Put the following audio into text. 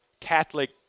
Catholic